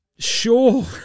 Sure